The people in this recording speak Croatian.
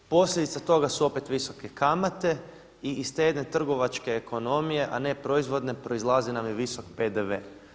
Posljedica toga su opet visoke kamate i iz te jedne trgovačke ekonomije, a ne proizvodne proizlazi nam i visoko PDV.